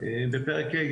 בפרק ה'